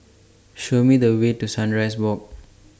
Show Me The Way to Sunrise Walk